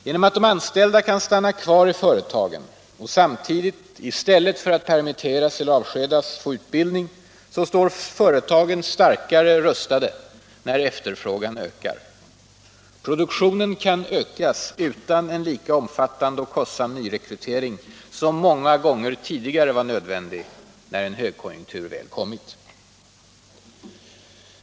Genom att de anställda kan stanna kvar i företagen och samtidigt, i stället för att permitteras eller avskedas, få utbildning står företagen starkare rustade när efterfrågan ökar. Produktionen kan ökas utan en lika omfattande och kostsam nyrekrytering, som många gånger tidigare varit nödvändig när högkonjunkturen väl kommit.